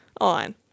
On